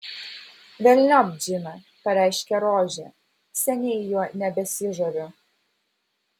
velniop džiną pareiškė rožė seniai juo nebesižaviu